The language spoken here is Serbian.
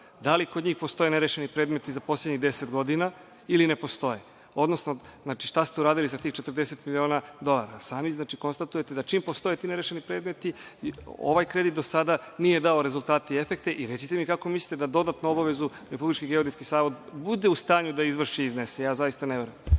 da li kod njih postoje nerešeni predmeti za poslednjih 10 godina ili ne postoje, odnosno šta ste uradili sa tih 40 miliona dolara? Sami, znači, konstatujete da čim postoje ti nerešeni predmeti ovaj kredit do sada nije dao rezultate i efekte. Recite mi kako mislite da dodatnu obavezu Republički geodetski zavod bude u stanju da izvrši i iznese? Ja zaista ne verujem.